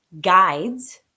guides